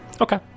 Okay